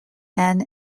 and